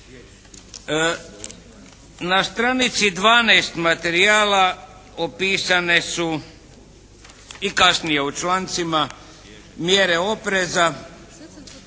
Na stranici 12. materijala opisane su i kasnije u člancima mjere opreza,